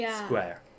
square